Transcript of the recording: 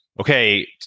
Okay